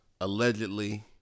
allegedly –